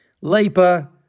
Labour